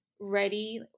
ready